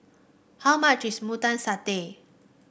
how much is Mutton Satay